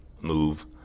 move